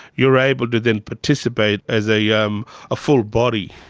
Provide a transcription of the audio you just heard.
you're able to then participate as a um ah full body,